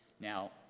Now